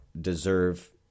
deserve